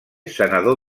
senador